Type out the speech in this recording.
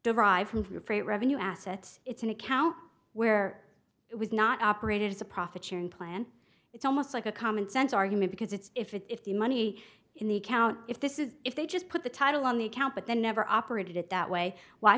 derived from for freight revenue assets it's an account where it was not operated as a profit sharing plan it's almost like a common sense argument because it's if it's the money in the account if this is if they just put the title on the account but then never operated it that way why